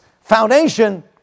foundation